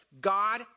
God